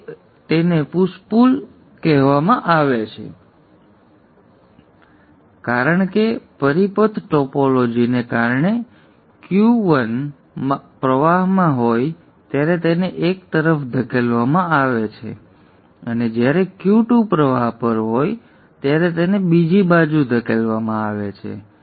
તેથી તેને push pull push અને પુલ કહેવામાં આવે છે કારણ કે પરિપથ ટોપોલોજીને કારણે Q 1 પ્રવાહમાં હોય ત્યારે તેને એક તરફ ધકેલવામાં આવે છે અને જ્યારે Q 2 પ્રવાહ પર હોય ત્યારે તેને બીજી બાજુ ધકેલવામાં આવે છે